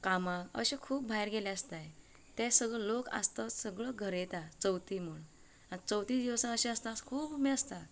कामाक अशें खूब भायर गेले आसताय ते सगले लोक आसता तो सगलो घर येता चवथीमुळे आता चवथीक दिवसा अशें आसता खूब उमेद आसता